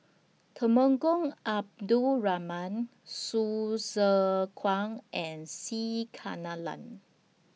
Temenggong Abdul Rahman Hsu Tse Kwang and C Kunalan